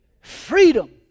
freedom